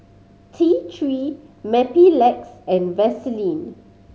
T Three Mepilex and Vaselin